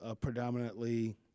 predominantly